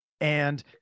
and-